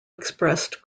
expressed